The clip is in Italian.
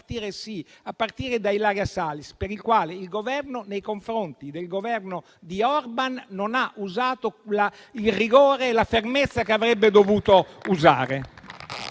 a partire da Ilaria Salis, per la quale il Governo nei confronti del Governo di Orban non ha usato il rigore e la fermezza che avrebbe dovuto usare.